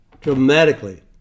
dramatically